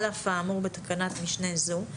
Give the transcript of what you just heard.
על אף האמור בתקנת משנה זו,